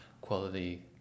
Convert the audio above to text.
quality